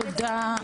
דיון.